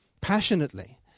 passionately